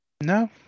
No